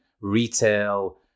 retail